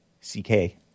C-K